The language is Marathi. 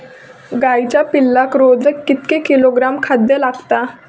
गाईच्या पिल्लाक रोज कितके किलोग्रॅम खाद्य लागता?